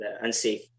unsafe